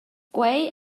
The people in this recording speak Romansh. quei